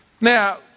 Now